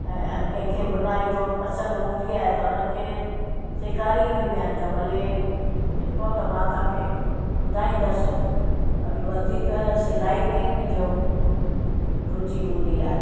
ऐं कंहिंखे बुनाई थोरी पसंदि हूंदी आहे त हुननि खे सेखारींदी बि आहियां त भले सिखो त मां तव्हांखे ॿुधाईंदसि बाक़ी वधीक सिलाई में ई मुंहिंजो रुचि हूंदी आहे